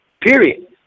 period